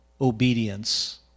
obedience